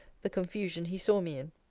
the confusion he saw me in.